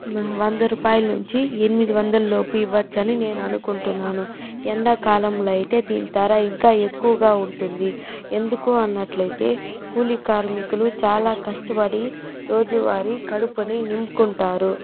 వంద రూపాయల్నుంచి ఎనిమిది వందల లోపు ఇవ్వొచ్చని నేననుకుంటున్నాను ఎండాకాలంలయితే దీని ధర ఇంకా ఎక్కువగా ఉంటుంది ఎందుకు అన్నట్లయితే కూలీ కార్మికులు చాలా కష్టపడి రోజు వారి కడుపుని నింపుకుంటారు